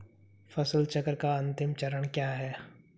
फसल चक्र का अंतिम चरण क्या है?